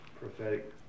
prophetic